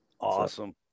Awesome